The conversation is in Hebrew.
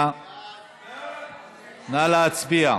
נא להצביע.